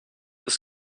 ist